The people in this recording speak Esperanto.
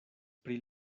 pri